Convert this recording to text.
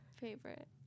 favorite